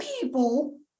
people